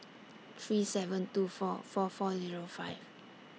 three seven two four four four Zero five